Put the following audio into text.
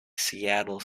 seattle